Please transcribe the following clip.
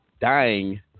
dying